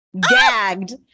gagged